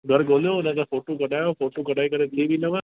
घरु ॻोल्हियो हुनखे फ़ोटू कढायो फ़ोटू कढाए करे खणी ईंदुव